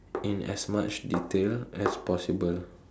in as much detail as possible